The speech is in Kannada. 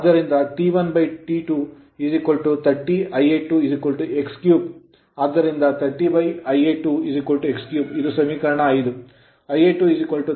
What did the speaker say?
ಆದ್ದರಿಂದ T1T2 30Ia2 x3 ಆದ್ದರಿಂದ 30 Ia2 x3 ಇದು ಸಮೀಕರಣ 5